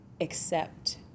accept